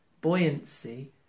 buoyancy